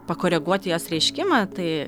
pakoreguot jos reiškimą tai